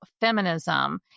feminism